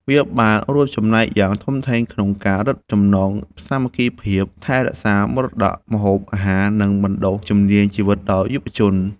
វាបានរួមចំណែកយ៉ាងធំធេងក្នុងការរឹតចំណងសាមគ្គីភាព ថែរក្សាមរតកម្ហូបអាហារ និងបណ្ដុះជំនាញជីវិតដល់យុវជន។